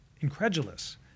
incredulous